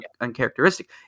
uncharacteristic